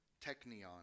technion